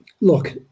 look